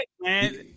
man